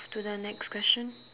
to the next question